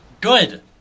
Good